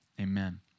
amen